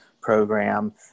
program